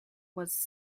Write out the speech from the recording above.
was